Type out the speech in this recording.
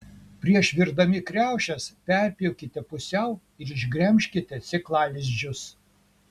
prieš virdami kriaušes perpjaukite pusiau ir išgremžkite sėklalizdžius